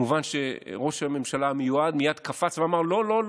וכמובן ראש הממשלה המיועד מייד קפץ ואמר: לא,